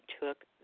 took